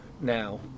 now